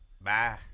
Bye